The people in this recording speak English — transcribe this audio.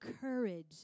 courage